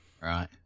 Right